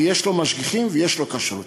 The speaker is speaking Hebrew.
ויש לו משגיחים ויש לו כשרות,